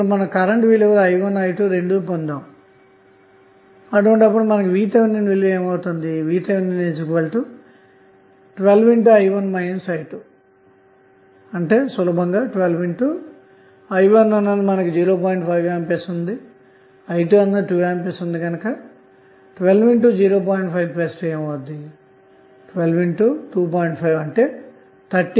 ఇప్పుడు కరెంట్ విలువలు i1 మరియు i2 ల ను పొందారు గనక VThవిలువ VTh12i1 i2120